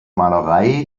malerei